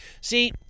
See